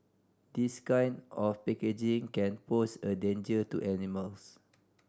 this kind of packaging can pose a danger to animals